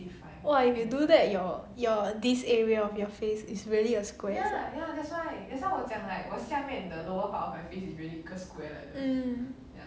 !wow! if you do that your this area of your face is really a square mm